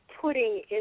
putting